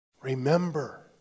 Remember